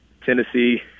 tennessee